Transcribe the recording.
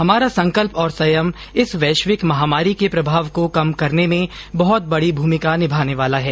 हमारा संकल्प और संयम इस वैश्विक महामारी के प्रभाव को कम करने में बहुत बड़ी भूमिका निभाने वाला है